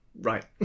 Right